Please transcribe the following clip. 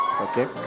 Okay